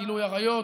גילוי עריות,